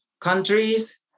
countries